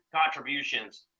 contributions